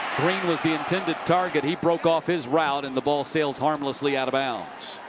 greene was the intended target. he broke off his route. and the ball sails harmlessly out of bounds.